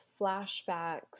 flashbacks